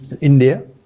India